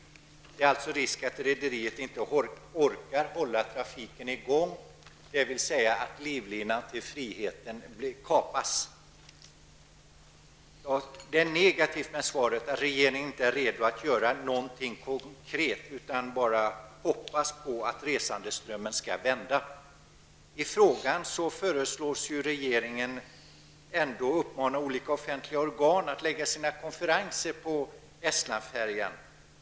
Det finns alltså risk för att rederiet inte orkar hålla trafiken i gång, dvs. att livlinan till friheten kapas. Av svaret framgår -- och det är negativt -- att regeringen inte är redo att göra något konkret utan bara hoppas på att resandeströmmen skall öka. I frågan föreslås ändå regeringen uppmana olika offentliga organ att förlägga sina konferenser till Estlandsfärjan.